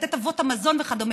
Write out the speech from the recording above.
לתת אבות מזון וכדומה.